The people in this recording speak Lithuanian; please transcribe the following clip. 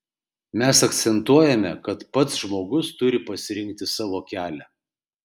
mes akcentuojame kad pats žmogus turi pasirinkti savo kelią